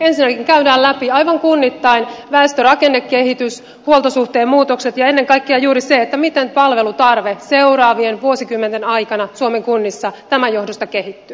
ennäkin käydään läpi aivan kunnittain väestörakennekehitys huoltosuhteen muutokset ja ennen kaikkea juuri se miten palvelutarve seuraavien vuosikymmenten aikana suomen kunnissa tämän johdosta kehittyy